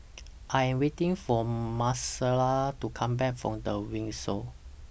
I Am waiting For Marcella to Come Back from The Windsor